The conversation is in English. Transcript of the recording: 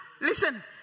Listen